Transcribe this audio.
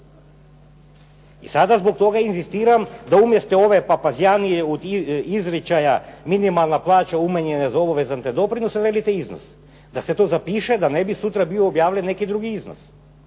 I sada zbog toga inzistiram da umjesto ove papazjanije od izričaja minimalna plaća umanjenja za obavezne doprinose velite iznos. Da se to zapiše da ne bi sutra bio objavljen neki drugi iznos.